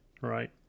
right